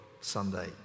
sunday